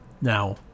now